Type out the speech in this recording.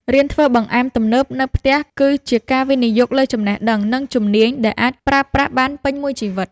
រៀនធ្វើបង្អែមទំនើបនៅផ្ទះ គឺជាការវិនិយោគលើចំណេះដឹង និងជំនាញដែលអាចប្រើប្រាស់បានពេញមួយជីវិត។